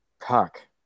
pack